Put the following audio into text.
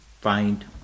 find